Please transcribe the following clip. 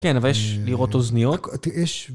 כן אבל יש לראות אוזניות